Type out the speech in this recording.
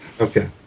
Okay